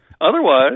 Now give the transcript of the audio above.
Otherwise